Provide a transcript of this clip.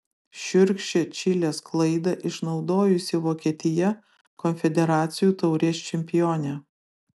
šiurkščią čilės klaidą išnaudojusi vokietija konfederacijų taurės čempionė